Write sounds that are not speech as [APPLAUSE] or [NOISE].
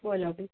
બોલો [UNINTELLIGIBLE]